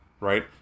right